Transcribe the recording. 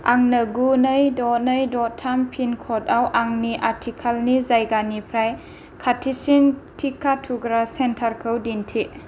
आंनो गु नै द' नै द' थाम पिन क'ड आव आंनि आथिखालनि जायगानिफ्राय खाथिसिन टिका थुग्रा सेन्टारखौ दिन्थि